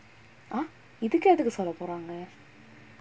uh இதுக்கு எதுக்கு சொல்ல போறாங்க:ithukku ethukku solla poraanga